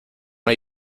hay